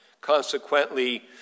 Consequently